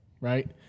right